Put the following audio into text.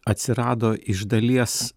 atsirado iš dalies